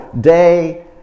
day